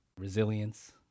resilience